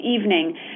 evening